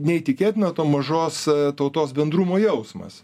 neįtikėtina to mažos tautos bendrumo jausmas